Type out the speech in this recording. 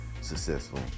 successful